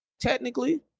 technically